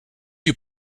you